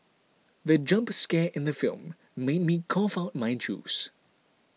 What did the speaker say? the jump scare in the film made me cough out my juice